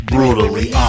Brutally